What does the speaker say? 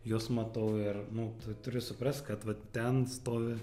juos matau ir nu tu turiu suprast kad vat ten stovi